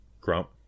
Grump